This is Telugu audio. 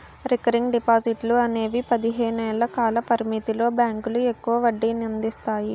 రికరింగ్ డిపాజిట్లు అనేవి పదిహేను ఏళ్ల కాల పరిమితితో బ్యాంకులు ఎక్కువ వడ్డీనందిస్తాయి